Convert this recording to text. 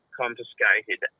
confiscated